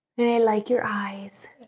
and i like your eyes